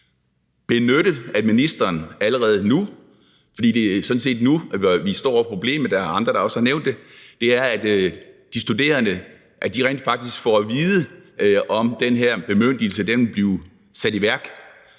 benyttet af ministeren allerede nu, fordi det sådan set er nu, vi står med det problem – der er også andre, der har nævnt det – sådan at de studerende rent faktisk får at vide, om den her bemyndigelse vil blive sat i værk.